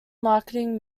marketing